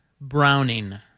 Browning